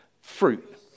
fruit